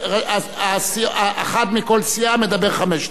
אחד מכל סיעה מדבר חמש דקות.